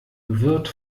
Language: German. wird